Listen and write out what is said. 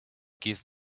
give